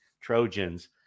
Trojans